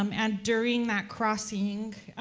um and during that crossing,